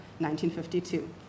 1952